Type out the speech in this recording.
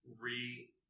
re